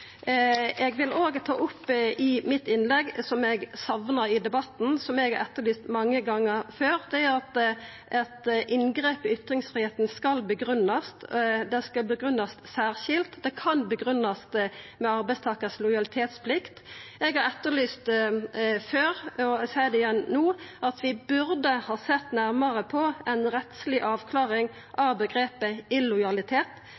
vil eg òg ta opp noko som eg sakna i debatten, og som eg har etterlyst mange gongar før – at inngrep i ytringsfridomen skal ha ei grunngiving. Ein skal grunngi det særskilt. Ein kan grunngi det med arbeidstakars lojalitetsplikt. Eg har etterlyst det før og seier det igjen no: Vi burde sett nærmare på ei rettsleg avklaring